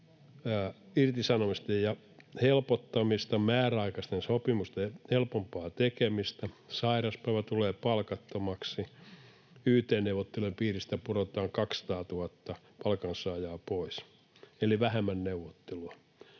irtisanomisten helpottamista ja määräaikaisten sopimusten helpompaa tekemistä. Sairauspäivä tulee palkattomaksi. Yt-neuvottelujen piiristä pudotetaan 200 000 palkansaajaa pois, eli vähemmän neuvottelua.